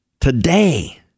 today